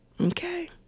okay